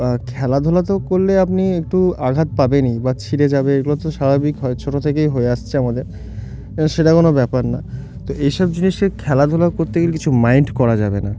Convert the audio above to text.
খেলাধুলা তো করলে আপনি একটু আঘাত পাবেনই বা ছিঁড়ে যাবে এগুলো তো স্বাভাবিক হয় ছোটো থেকেই হয়ে আসছে আমাদের সেটা কোনো ব্যাপার না তো এইসব জিনিসকে খেলাধুলা করতে গেলে কিছু মাইন্ড করা যাবে না